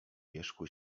wierzchu